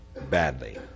Badly